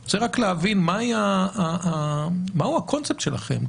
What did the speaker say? אני רוצה להבין מהו הקונספט שלכם.